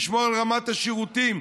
לשמור על רמת השירותים,